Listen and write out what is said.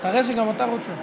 תראה שגם אתה רוצה.